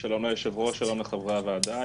שלום ליושב-ראש, שלום לחברי הוועדה.